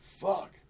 Fuck